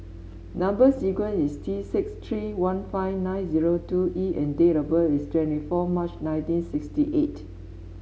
number sequence is T six three one five nine zero two E and date of birth is twenty four March nineteen sixty eight